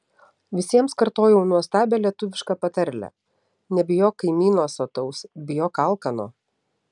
visiems kartojau nuostabią lietuvišką patarlę nebijok kaimyno sotaus bijok alkano